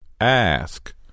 Ask